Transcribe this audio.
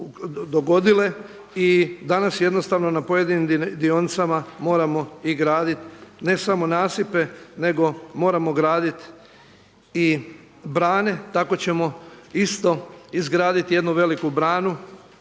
dogodile i danas jednostavno na pojedinim dionicama moramo i graditi ne samo nasipe nego moramo gradit i brane. Tako ćemo isto izgraditi jednu veliku branu